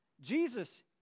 Jesus